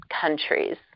countries